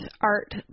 Art